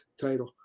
title